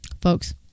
Folks